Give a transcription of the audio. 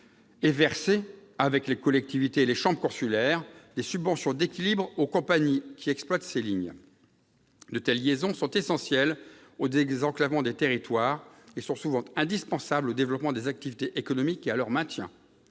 et verser, avec les collectivités et les chambres consulaires, des subventions d'équilibre aux compagnies exploitant ces lignes. De telles liaisons sont essentielles au désenclavement des territoires et sont souvent indispensables au maintien et au développement des activités économiques. Or, depuis la loi